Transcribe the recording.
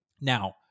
Now